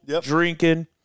drinking